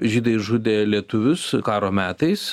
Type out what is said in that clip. žydai žudė lietuvius karo metais